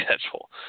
schedule